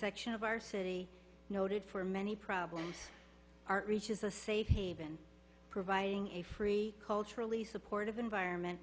section of our city noted for many problems are reaches a safe haven providing a free culturally supportive environment